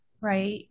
Right